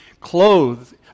clothed